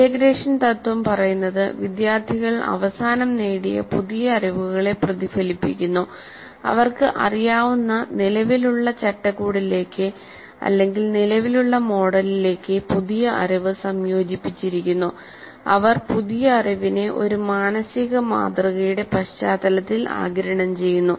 integration തത്വം പറയുന്നത് വിദ്യാർത്ഥികൾ അവസാനം നേടിയ പുതിയ അറിവുകളെ പ്രതിഫലിപ്പിക്കുന്നു അവർക്ക് അറിയാവുന്ന നിലവിലുള്ള ചട്ടക്കൂടിലേക്ക് നിലവിലുള്ള മോഡലിലേക്ക് പുതിയ അറിവ് സംയോജിപ്പിച്ചിരിക്കുന്നു അവർ പുതിയ അറിവിനെ ഒരു മാനസിക മാതൃകയുടെ പശ്ചാത്തലത്തിൽ ആഗിരണം ചെയ്യുന്നു